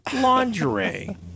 Lingerie